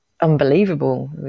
unbelievable